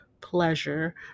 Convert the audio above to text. pleasure